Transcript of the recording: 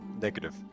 Negative